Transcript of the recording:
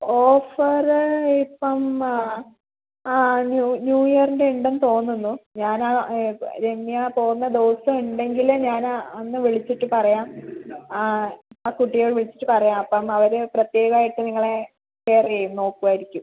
offer ഇപ്പം ആ ആ ന്യൂഇയറിൻ്റെ ഉണ്ടെന്ന് തോന്നുന്നു ഞാൻ ആ രമ്യ പോവുന്ന ദിവസം ഉണ്ടെങ്കിൽ ഞാൻ ആ അന്ന് വിളിച്ചിട്ട് പറയാം ആ ആ കുട്ടിയെ വിളിച്ചിട്ട് പറയാം അപ്പം അവർ പ്രത്യേകമായിട്ട് നിങ്ങളെ കെയറ് ചെയ്യും നോക്കുമായിരിക്കും